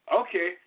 okay